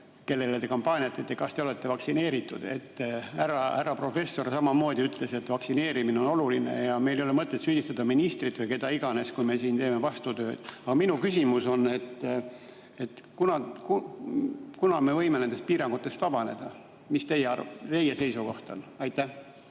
esimese küsimusena, kas te olete vaktsineeritud. Härra professor samamoodi ütles, et vaktsineerimine on oluline ja meil ei ole mõtet süüdistada ministrit või keda iganes, kui meie siin teeme vastutööd. Aga minu küsimus on: kunas me võime nendest piirangutest vabaneda? Mis teie seisukoht on? Jaa,